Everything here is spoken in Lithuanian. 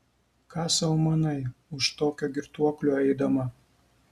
ką sau manai už tokio girtuoklio eidama